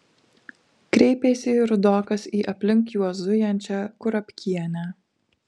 kreipėsi rudokas į aplink juos zujančią kurapkienę